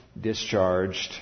discharged